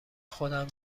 خودم